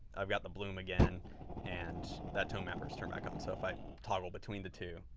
i've got the bloom again and that tonemapper is turned back on. so, if i toggle between the two,